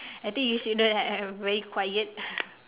I think you should know that I am very quiet